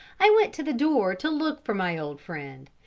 i went to the door to look for my old friend,